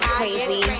crazy